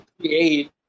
create